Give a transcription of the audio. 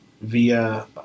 via